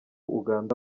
uganda